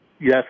yes